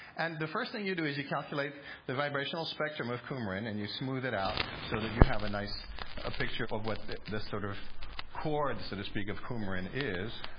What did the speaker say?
and the first thing you do is you calculate the vibrational spectrum of coumarin, and you smooth it out, so that you have a nice ah picture of what the the sort of chord, so to speak, of coumarin is.